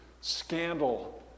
scandal